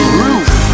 roof